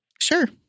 Sure